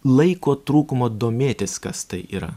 laiko trūkumo domėtis kas tai yra